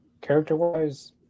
character-wise